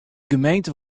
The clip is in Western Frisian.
gemeente